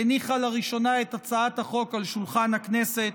שהניחה לראשונה את הצעת החוק על שולחן הכנסת,